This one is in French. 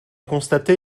constaté